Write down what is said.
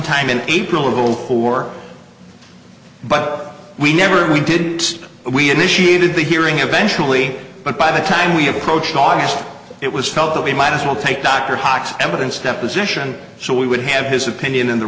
sometime in april of zero four but we never we didn't we initiated the hearing eventually but by the time we approached august it was felt that we might as well take dr hoxton evidence deposition so we would have his opinion in the